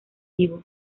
vivo